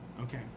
Okay